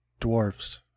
dwarves